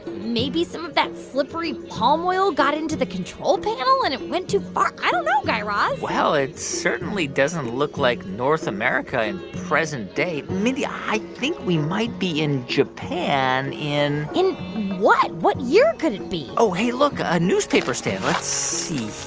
maybe some of that slippery palm oil got into the control panel, and it went too far. i don't know, guy raz well, it certainly doesn't look like north america in present day. mindy, i think we might be in japan in. in what? what year could it be? oh, hey. look. a newspaper stand. let's see